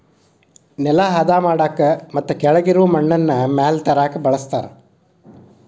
ನೆಲಾ ಹದಾ ಮಾಡಾಕ ಮತ್ತ ಕೆಳಗಿರು ಮಣ್ಣನ್ನ ಮ್ಯಾಲ ತರಾಕ ಬಳಸ್ತಾರ